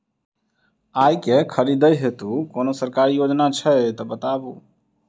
आइ केँ खरीदै हेतु कोनो सरकारी योजना छै तऽ बताउ?